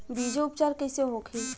बीजो उपचार कईसे होखे?